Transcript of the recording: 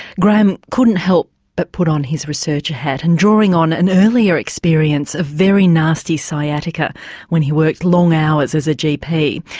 graham couldn't help but put on his researcher hat and drawing on an earlier experience of very nasty sciatica when he worked long hours as a gp,